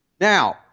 Now